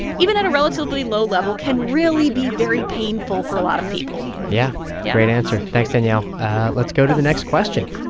even at a relatively low level, can really be very painful for a lot of people yeah yeah great answer. thanks, danielle let's go to the next question.